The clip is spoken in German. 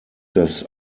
das